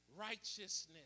Righteousness